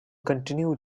continued